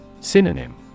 Synonym